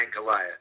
Goliath